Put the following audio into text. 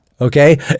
Okay